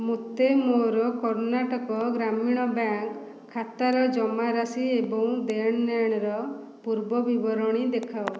ମୋତେ ମୋର କର୍ଣ୍ଣାଟକ ଗ୍ରାମୀଣ ବ୍ୟାଙ୍କ୍ ଖାତାର ଜମାରାଶି ଏବଂ ଦେଣନେଣର ପୂର୍ବ ବିବରଣୀ ଦେଖାଅ